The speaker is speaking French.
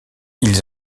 ils